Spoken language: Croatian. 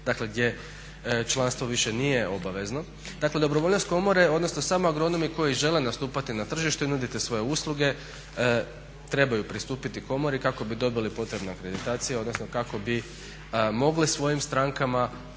dakle gdje članstvo više nije obavezno. Dakle dobrovoljnost komore odnosno samo agronomi koji žele nastupati na tržištu i nuditi svoje usluge trebaju pristupiti komori kako bi dobili potrebne akreditacije odnosno kako bi mogli svojim strankama